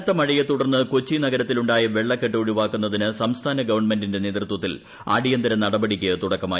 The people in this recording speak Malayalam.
കനത്ത മഴയെ തുടർന്ന് കൊച്ചി നഗരത്തിൽ ഉണ്ടായ വെള്ളക്കെട്ട് ഒഴിവാക്കുന്നതിന് സംസ്ഥാന ഗവൺമെന്റിന്റെ നേതൃത്വത്തിൽ അടിയന്തര നടപടിക്ക് തുടക്കമായി